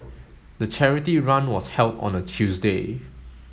the charity run was held on a Tuesday